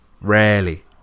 Rarely